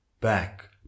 back